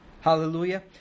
Hallelujah